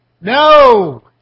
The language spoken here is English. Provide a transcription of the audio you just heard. No